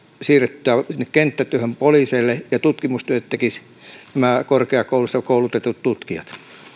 siirrettyä sinne kenttätyöhön poliiseille ja tutkimustyöt tekisivät nämä korkeakouluissa koulutetut tutkijat